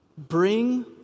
Bring